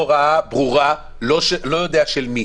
הייתה הוראה ברורה, לא יודע של מי.